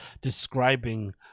describing